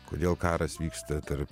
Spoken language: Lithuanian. kodėl karas vyksta tarp